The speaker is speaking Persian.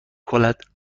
کند